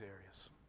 areas